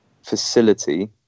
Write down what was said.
facility